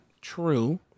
True